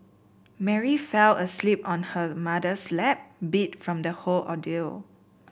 Mary fell asleep on her mother's lap beat from the whole ordeal